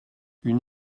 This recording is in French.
une